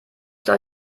soll